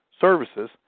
services